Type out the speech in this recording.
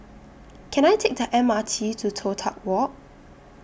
Can I Take The M R T to Toh Tuck Walk